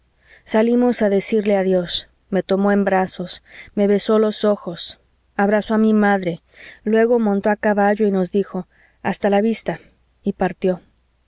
salimos a decirle adiós me tomó en brazos me besó los ojos abrazó a mi madre luego montó a caballo y nos dijo hasta la vista y partió